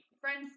Friends